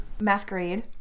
Masquerade